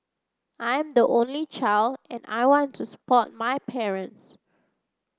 I am the only child and I want to support my parents